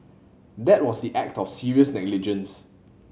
that was the act of serious negligence